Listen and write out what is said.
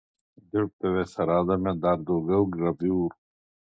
dirbtuvėse radome dar daugiau graviūrų